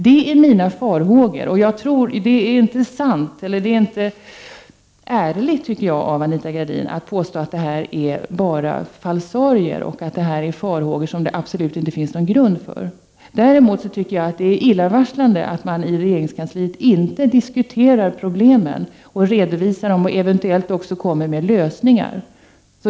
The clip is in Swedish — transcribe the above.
Detta är mina farhågor, och jag tycker inte det är riktigt ärligt av Anita Gradin att påstå att detta bara är falsarier och farhågor, som det absolut inte finns någon grund för. Samtidigt tycker jag det är illavarslande att man i regeringskansliet inte diskuterar problemen, redovisar dem och eventuellt också kommer med lösningar.